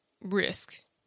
risks